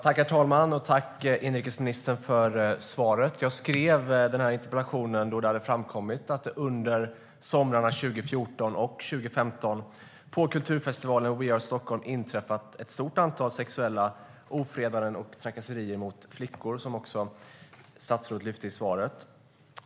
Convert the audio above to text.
Herr talman! Tack, inrikesministern, för svaret! Jag skrev den här interpellationen då det hade framkommit att det under somrarna 2014 och 2015 på kulturfestivalen We are Sthlm hade inträffat ett stort antal sexuella ofredanden och trakasserier mot flickor, vilket statsrådet också lyfte fram i svaret.